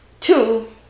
Two